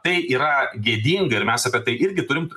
tai yra gėdinga ir mes apie tai irgi turim